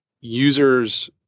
users